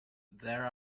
there